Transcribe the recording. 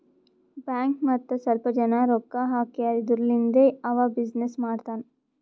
bank ಮತ್ತ ಸ್ವಲ್ಪ ಜನ ರೊಕ್ಕಾ ಹಾಕ್ಯಾರ್ ಇದುರ್ಲಿಂದೇ ಅವಾ ಬಿಸಿನ್ನೆಸ್ ಮಾಡ್ತಾನ್